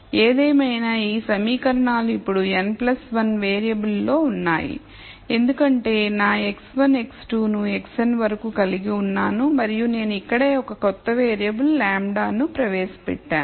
ఏదేమైనా ఈ సమీకరణాలు ఇప్పుడు n 1 వేరియబుల్లో ఉన్నాయి ఎందుకంటే నా x1 x2 ను xn వరకు కలిగి ఉన్నాను మరియు నేను ఇక్కడే ఒక కొత్త వేరియబుల్ λ ను ప్రవేశపెట్టాను